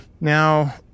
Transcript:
now